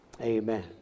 Amen